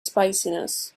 spiciness